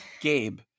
Gabe